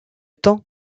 temps